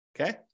Okay